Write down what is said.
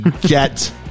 get